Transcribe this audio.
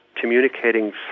communicating